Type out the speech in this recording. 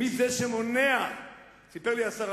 מיהו זה שמונע?